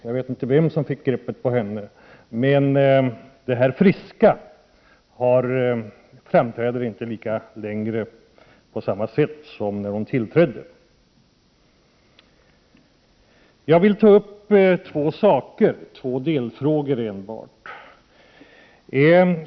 Jag vet inte vem som fick greppet på henne, men det är inte längre fråga om samma friskhet som när hon tillträdde. Jag vill enbart ta upp två delfrågor.